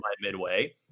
Midway